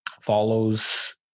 follows